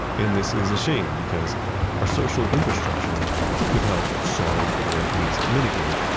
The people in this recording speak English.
and this is a shame because our social infrastructure could help solve or at least mitigate,